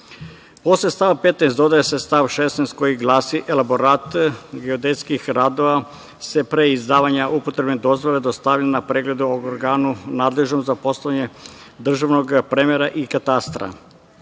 se. Posle stava 15. dodaje se stav 16. koji glasi: „Elaborat geodetskih radova se pre izdavanja upotrebne dozvole dostavlja na pregled organu nadležnom za poslove državnog premera i katastra.“Ovim